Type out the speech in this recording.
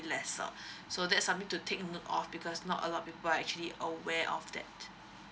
lesser so that's something to take note of because not a lot people are actually aware of that